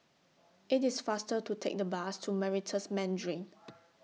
IT IS faster to Take The Bus to Meritus Mandarin